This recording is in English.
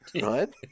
Right